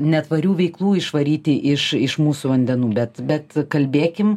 netvarių veiklų išvaryti iš iš mūsų vandenų bet bet kalbėkim